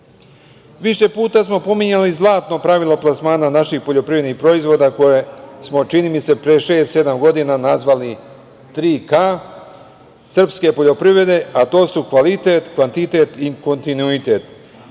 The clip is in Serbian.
puta smo pominjali zlatno pravilo plasmana naših poljoprivrednih proizvoda koje smo, čini mi se, pre šest, sedam godina nazvali „tri K“ srpske poljoprivrede, a do su: kvalitet, kvantitet i kontinuitet. Kvalitet